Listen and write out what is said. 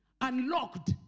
Unlocked